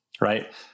right